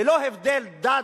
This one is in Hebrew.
ללא הבדל דת,